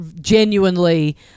genuinely